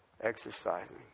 exercising